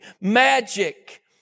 magic